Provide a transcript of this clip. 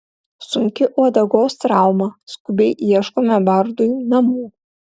sunki uodegos trauma skubiai ieškome bardui namų